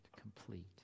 complete